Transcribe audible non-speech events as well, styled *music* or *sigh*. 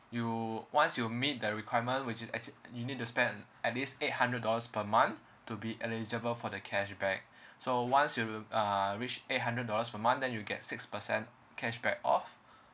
you once you meet the requirement which is actually you need to spend an at least eight hundred dollars per month to be eligible for the cashback *breath* so once you uh reach eight hundred dollars per month then you'll get six percent cashback off